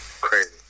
Crazy